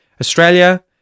Australia